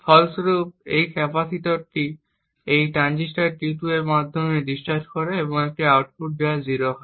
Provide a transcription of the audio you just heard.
ফলস্বরূপ এই ক্যাপাসিটরটি এই ট্রানজিস্টর T2 এর মাধ্যমে ডিসচার্জ করে একটি আউটপুট যা 0 হয়